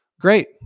Great